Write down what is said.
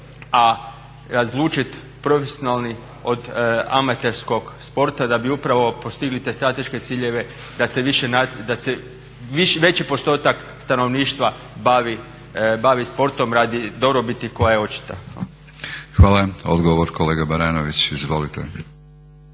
a razlučiti profesionalni od amaterskog sporta da bi upravo postigli te strateške ciljeve da se veći postotak stanovništva bavi sportom radi dobrobiti koja je očita. **Batinić, Milorad (HNS)** Hvala. Odgovor kolega Baranović. Izvolite.